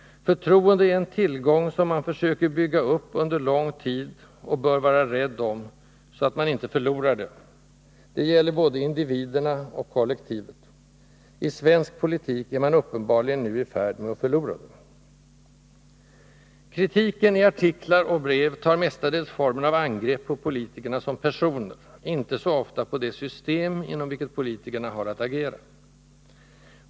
Förtroende är en tillgång som man försöker bygga upp under lång tid och bör vara rädd om, så att man inte förlorar det. Det gäller både individerna och kollektivet. I svensk politik är man uppenbarligen nu i färd med att förlora det. Kritiken i artiklar och brev tar mestadels formen av angrepp på politikerna som personer, inte så ofta på det system inom vilket politikerna har att agera.